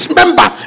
member